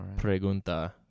pregunta